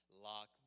Lock